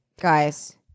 guys